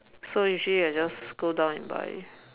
so usually I just go down and buy